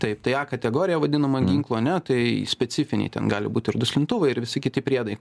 taip tai a kategorija vadinama ginklų ane tai specifiniai ten gali būt ir duslintuvai ir visi kiti priedai